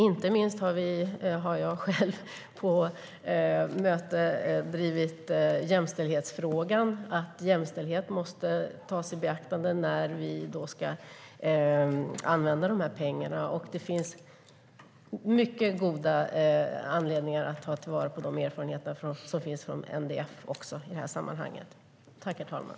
Inte minst har jag själv på möten drivit jämställdhetsfrågan, alltså att jämställdhet måste tas i beaktande när vi ska använda pengarna. Det finns mycket goda anledningar att ta till vara de erfarenheter som finns från NDF i de här sammanhangen.